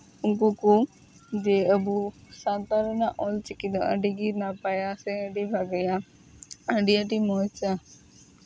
ᱩᱝᱠᱩ ᱠᱚ ᱡᱮ ᱟᱵᱚ ᱥᱟᱱᱛᱟᱲ ᱨᱮᱱᱟᱜ ᱚᱞ ᱪᱤᱠᱤ ᱫᱚ ᱡᱮ ᱟᱹᱰᱤ ᱜᱮ ᱱᱟᱯᱟᱭᱟ ᱥᱮ ᱟᱹᱰᱤ ᱵᱷᱟᱹᱜᱤᱭᱟ ᱟᱹᱰᱤ ᱟᱹᱰᱤ ᱢᱚᱡᱟ